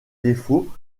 défauts